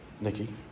Nikki